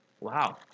Wow